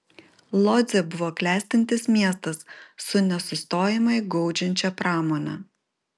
lodzė buvo klestintis miestas su nesustojamai gaudžiančia pramone